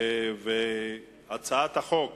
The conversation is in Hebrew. הצעת חוק